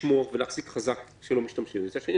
צריך לשמור ולהחזיק חזק וצד שני,